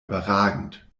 überragend